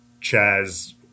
Chaz